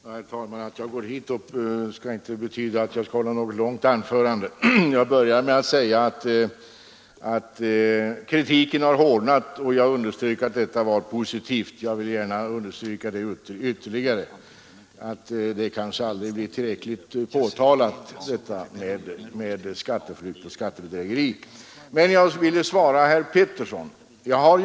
Herr talman! Att jag går upp i talarstolen betyder inte att jag skall hålla något långt anförande. Jag började mitt förra anförande med att säga att kritiken har hårdnat, och jag underströk att detta var positivt. Jag vill gärna ytterligare understryka att detta med skatteflykt och skattebedrägeri kanske aldrig blir tillräckligt påtalat. Jag vill också svara herr Pettersson i Lund.